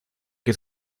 que